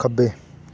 ਖੱਬੇ